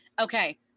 Okay